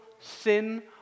sin